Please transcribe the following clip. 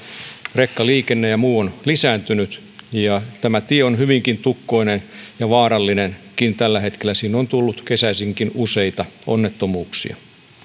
rekkaliikenne ja muu on lisääntynyt ja tämä tie on hyvinkin tukkoinen ja vaarallinenkin tällä hetkellä siinä on tullut kesäisinkin useita onnettomuuksia